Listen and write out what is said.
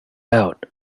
out